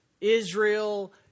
Israel